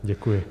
Děkuji.